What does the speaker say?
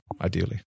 ideally